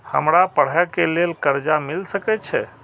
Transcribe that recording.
हमरा पढ़े के लेल कर्जा मिल सके छे?